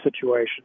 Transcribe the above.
situation